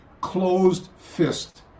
closed-fist